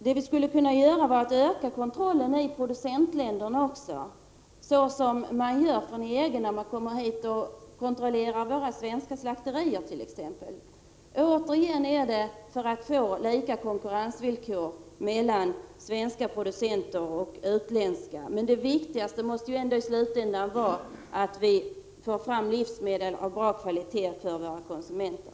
Det vi skulle kunna göra vore att öka kontrollen i producentländerna, såsom EG gör när man kommer hit och kontrollerar t.ex. våra svenska slakterier, och det är återigen för att få till stånd lika konkurrensvillkor mellan svenska producenter och utländska som vi skulle göra det. Men det viktigaste måste ju ändå vara att vi får fram livsmedel av bra kvalitet för våra konsumenter.